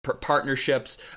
partnerships